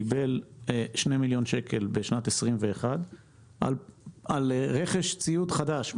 קיבל 2 מיליון שקלים בשנת 2021 על רכש ציוד חדש.